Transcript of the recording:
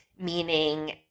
meaning